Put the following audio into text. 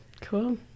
Cool